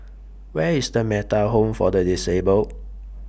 Where IS The Metta Home For The Disabled